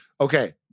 Okay